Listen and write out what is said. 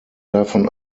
davon